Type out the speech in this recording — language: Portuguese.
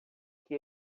que